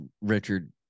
Richard